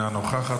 אינה נוכחת,